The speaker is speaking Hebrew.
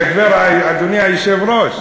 אדוני היושב-ראש,